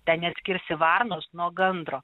ten neatskirsi varnos nuo gandro